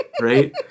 right